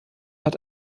hat